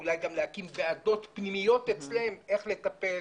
אולי יש מקום שהם יקימו ועדות פנימיות איך לטפל,